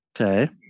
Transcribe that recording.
Okay